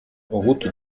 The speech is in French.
route